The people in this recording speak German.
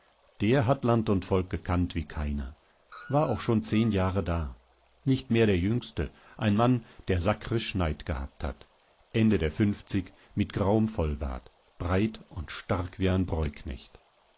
der hat land und volk gekannt wie keiner war auch schon zehn jahre da nicht mehr der jüngste ein mann der sakrisch schneid gehabt hat ende der fünfzig mit grauem vollbart breit und stark wie ein